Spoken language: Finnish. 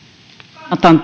kannatan